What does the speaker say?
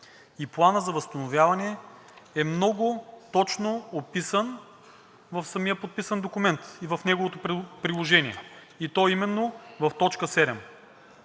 и Плана за възстановяване е много точно описана в самия подписан документ и в неговото приложение, а то е именно в т. 7: